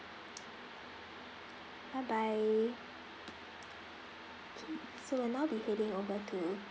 bye bye okay so we'll now be heading over to